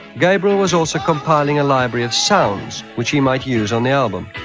gabriel was also compiling a library of sounds which he might use on the album.